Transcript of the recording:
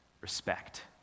respect